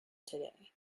today